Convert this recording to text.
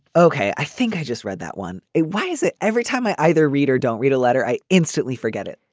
ok. i think i just read that one. a why is it every time i either read or don't read a letter i instantly forget it.